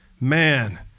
Man